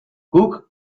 guk